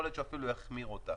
יכול להיות שהוא אפילו יחמיר אותה.